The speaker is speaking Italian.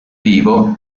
vivo